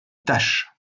tâches